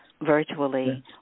virtually